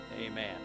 Amen